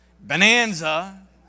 Bonanza